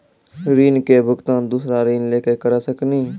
ऋण के भुगतान दूसरा ऋण लेके करऽ सकनी?